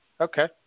Okay